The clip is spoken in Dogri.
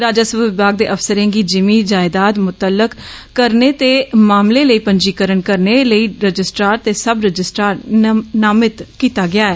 राजस्व विभग दे अफसरें गी जिमी जायदाद मुतकिल करने दे मामले लेई पंजीकरण करने लेई रजिस्ट्रार ते सब रजिसट्रार नामित कीता गेआ ऐ